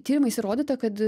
tyrimais įrodyta kad